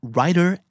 Writer